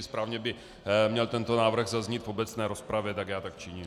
Správně by měl tento návrh zaznít v obecné rozpravě, tak já tak činím.